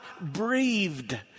breathed